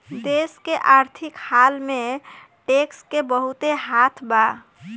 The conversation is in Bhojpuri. देश के आर्थिक हाल में टैक्स के बहुते हाथ बा